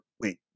wait